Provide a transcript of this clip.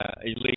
elite